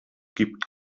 gibt